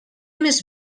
més